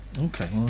Okay